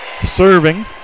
serving